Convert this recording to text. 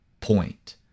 point